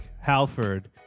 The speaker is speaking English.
Halford